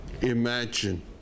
Imagine